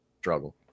struggle